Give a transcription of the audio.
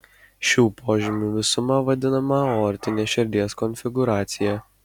šių požymių visuma vadinama aortine širdies konfigūracija